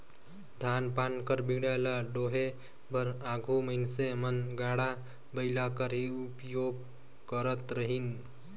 धान पान कर बीड़ा ल डोहे बर आघु मइनसे मन गाड़ा बइला कर ही उपियोग करत रहिन